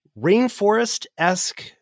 rainforest-esque